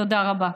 תודה רבה.